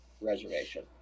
reservation